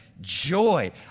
Joy